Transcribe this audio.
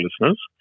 listeners